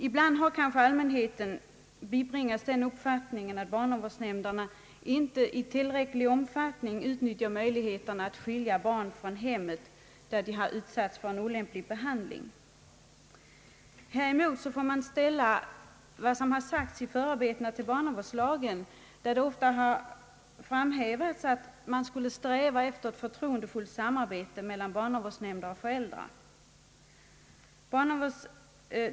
Ibland har allmänheten kanske bibringats den uppfattningen att barnavårdsnämnderna inte i tillräcklig omfattning utnyttjar möjligheten att skilja barn från hem där de utsätts för olämplig behandling. Häremot får man ställa förarbetena till barnavårdslagen, där det ofta framhävs att man skulle sträva till ett för troendefullt samarbete mellan barnavårdsnämnder och föräldrar.